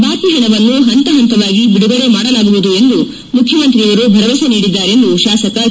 ಬಾಕಿ ಹಣವನ್ನು ಹಂತ ಹಂತವಾಗಿ ಬಿಡುಗಡೆ ಮಾಡಲಾಗುವುದು ಎಂದು ಮುಖ್ಯಮಂತ್ರಿಯವರು ಭರವಸೆ ನೀಡಿದ್ದಾರೆಂದು ಶಾಸಕ ಕೆ